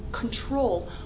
control